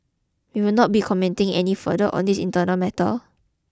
we will not be commenting any further on this internal matter